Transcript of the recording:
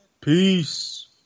Peace